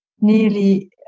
nearly